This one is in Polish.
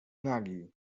nagi